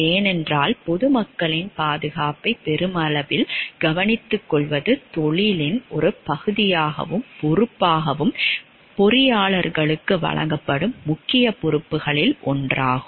ஏனென்றால் பொதுமக்களின் பாதுகாப்பை பெருமளவில் கவனித்துக்கொள்வது தொழிலின் ஒரு பகுதியாகவும் பொறுப்பாகவும் பொறியாளர்களுக்கு வழங்கப்படும் முக்கிய பொறுப்புகளில் ஒன்றாகும்